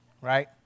right